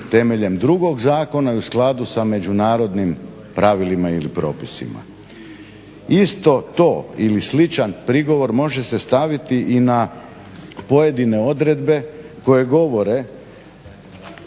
drugog zakona i u skladu sa međunarodnim pravilima ili propisima. Isto to, ili sličan prigovor može se staviti i na pojedine odredbe koje govore